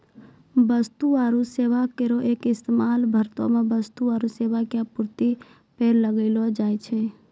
वस्तु आरु सेबा करो के इस्तेमाल भारतो मे वस्तु आरु सेबा के आपूर्ति पे लगैलो जाय छै